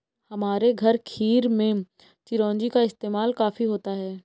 हमारे घर खीर में चिरौंजी का इस्तेमाल काफी होता है